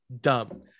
dumb